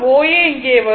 O A இங்கே வரும்